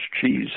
cheese